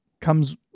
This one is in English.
comes